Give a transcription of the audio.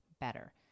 better